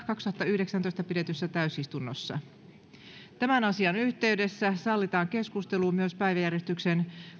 kaksituhattayhdeksäntoista pidetyssä täysistunnossa tämän asian yhteydessä sallitaan keskustelu myös päiväjärjestyksen